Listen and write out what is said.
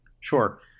Sure